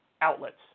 outlets